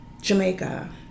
Jamaica